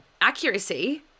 accuracy